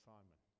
Simon